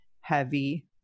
heavy